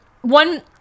one